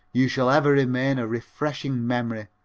you shall ever remain a refreshing memory.